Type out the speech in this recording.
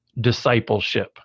discipleship